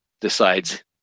decides